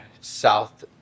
south